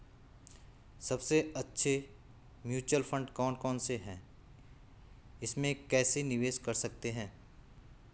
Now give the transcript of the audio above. सबसे अच्छे mutual fund कौन कौनसे हैं इसमें कैसे निवेश कर सकते हैं?